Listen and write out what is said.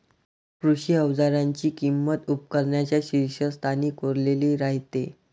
कृषी अवजारांची किंमत उपकरणांच्या शीर्षस्थानी कोरलेली राहते